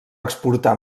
exportar